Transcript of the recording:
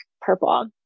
purple